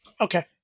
Okay